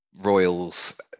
royals